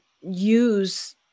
use